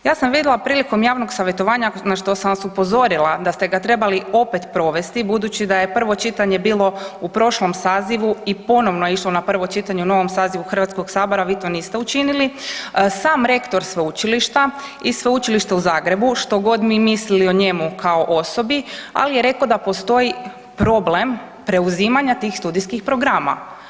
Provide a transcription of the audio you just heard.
Ja sam vidjela prilikom javnog savjetovanja na što sam vas upozorila da ste ga trebali opet provesti budući da je prvo čitanje bilo u prošlom sazivu i ponovno je išlo na prvo čitanje u novom sazivu Hrvatskog sabora, vi to niste učinili, sam rektor sveučilišta i Sveučilište u Zagrebu, što god mi mislili o njemu kao osobi, ali je reko da postoji problem preuzimanja tih studijskih programa.